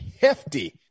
hefty